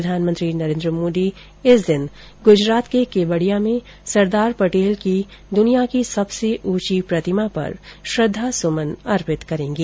प्रधानमंत्री नरेन्द्र मोदी इस दिन गुजरात के केवडिया में सरदार पटेल की दुनिया की सबसे ऊंची प्रतिमा पर श्रद्धासुमन अर्पित करेंगे